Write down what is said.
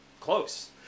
close